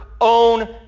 own